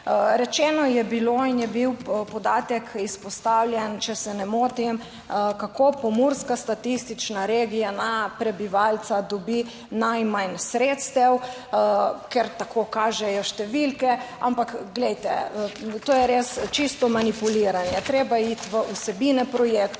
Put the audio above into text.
Rečeno je bilo in je bil podatek izpostavljen, če se ne motim, kako Pomurska statistična regija na prebivalca dobi najmanj sredstev, ker tako kažejo številke, ampak glejte, to je res čisto manipuliranje. Treba je iti v vsebine projektov,